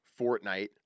Fortnite